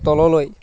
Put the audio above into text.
তললৈ